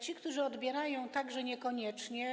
Ci, którzy odbierają - także niekoniecznie.